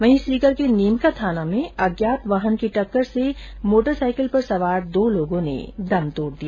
वहीं सीकर के नीमकाथाना में अज्ञात वाहन की टक्कर से मोटरसाइकिल सवार दो लोगों ने दम तोड दिया